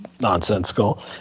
nonsensical